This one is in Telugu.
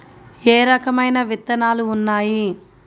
ఏ రకమైన విత్తనాలు ఉన్నాయి?